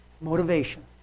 motivation